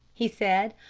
he said.